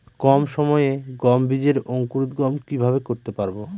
কম সময়ে গম বীজের অঙ্কুরোদগম কিভাবে করতে পারব?